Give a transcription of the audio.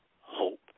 hope